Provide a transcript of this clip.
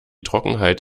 trockenheit